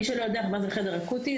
מי שלא יודע מה זה חדר אקוטי,